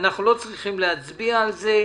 אנחנו לא צריכים להצביע על זה,